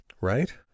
right